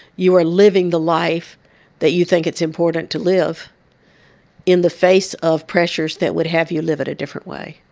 you are living the life that you think it's important to live in the face of pressures that would have you live it a different way.